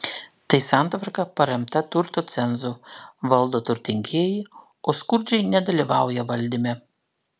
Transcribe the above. tai santvarka paremta turto cenzu valdo turtingieji o skurdžiai nedalyvauja valdyme